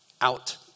out